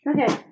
Okay